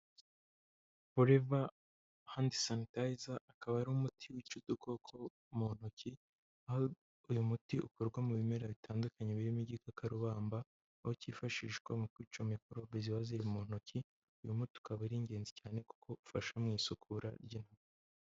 Oriva handi sanitayiza, akaba ari umuti wica udukoko mu ntoki, aho uyu muti ukorwa mu bimera bitandukanye birimo igikarubamba, aho kifashishwa mu kwica mikorobe ziba ziri mu ntoki, uyu muti ukaba ari ingenzi cyane kuko ufasha mu isukura ry'intoki.